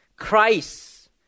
Christ